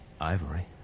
ivory